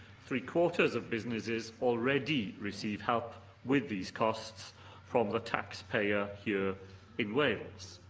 three quarters of businesses already receive help with these costs from the taxpayer here in wales.